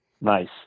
Nice